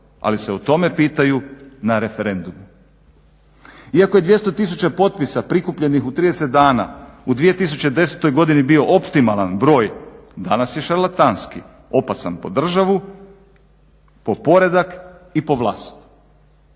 Ali se o tome pitaju na referendumu. Iako je 200 tisuća potpisa prikupljenih u 30 dana u 2010. godini bio optimalan broj, danas je šarlatanski. Opasan po državu, po poredak i po vlast.